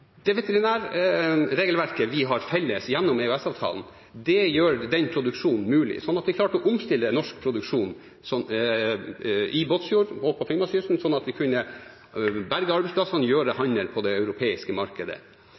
Det veterinærregelverket vi har felles gjennom EØS-avtalen, gjør den produksjonen mulig, og vi har klart å omstille norsk produksjon i Båtsfjord og på Finnmarkskysten sånn at vi kunne berge arbeidsplassene og gjøre handel på det europeiske markedet.